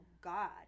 God